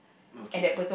okay